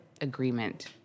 agreement